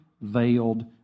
veiled